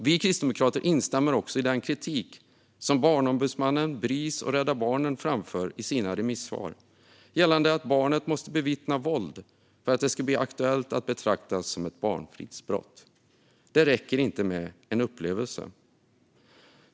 Vi Kristdemokrater instämmer i den kritik som Barnombudsmannen, Bris och Rädda Barnen framför i sina remissvar gällande att barnet måste bevittna våld för att det ska bli aktuellt att betraktas som ett barnfridsbrott. Det räcker alltså inte med en upplevelse.